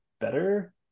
better